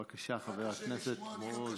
בבקשה, חבר הכנסת מעוז.